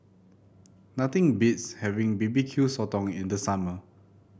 nothing beats having B B Q Sotong in the summer